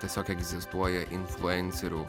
tiesiog egzistuoja influencerių